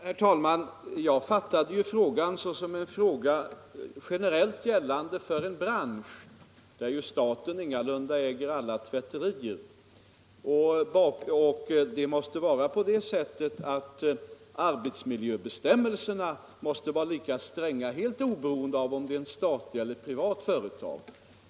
Herr talman! Jag fattade frågan som att den gällde generellt för en bransch. Staten äger ingalunda alla tvätterier. Arbetsmiljöbestämmelserna måste emellertid vara lika stränga oberoende av om det är ett privat eller ett statligt företag.